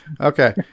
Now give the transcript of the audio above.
Okay